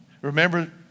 Remember